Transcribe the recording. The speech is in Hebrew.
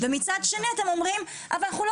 ומצד שני אתם אומרים: אבל אנחנו לא